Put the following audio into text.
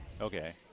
Okay